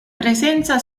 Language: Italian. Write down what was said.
presenza